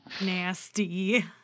nasty